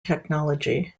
technology